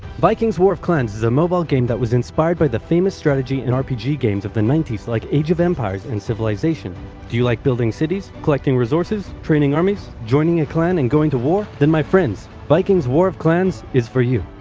viking's war of clans is a mobile game that was inspired by the famous strategy and rpg games of the ninety s like age of empires and civilization do you like building cities? collecting resources? training armies? joining a clan and going to war? then my friends, viking's war of clans is for you.